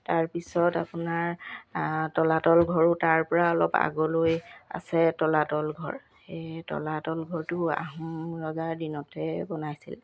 তাৰপিছত আপোনাৰ তলাতল ঘৰো তাৰপৰা অলপ আগলৈ আছে তলাতল ঘৰ সেই তলাতল ঘৰটো আহোম ৰজাৰ দিনতে বনাইছিল